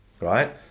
right